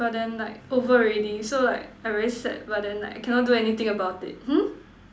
but then like over already so like I very sad but then like I cannot do anything about it hmm